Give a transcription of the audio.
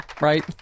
Right